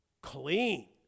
clean